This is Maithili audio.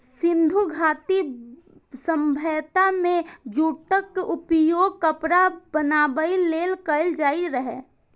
सिंधु घाटी सभ्यता मे जूटक उपयोग कपड़ा बनाबै लेल कैल जाइत रहै